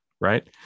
right